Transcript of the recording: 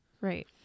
Right